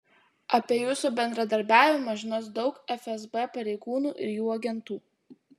apie jūsų bendradarbiavimą žinos daug fsb pareigūnų ir jų agentų